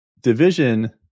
division